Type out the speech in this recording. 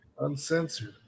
uncensored